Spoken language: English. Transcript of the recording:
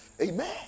amen